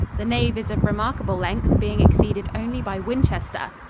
the nave is of remarkable length, being exceeded only by winchester.